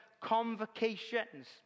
convocations